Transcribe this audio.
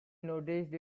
noticed